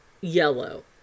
yellow